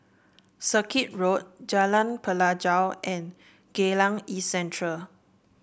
Circuit Road Jalan Pelajau and Geylang East Central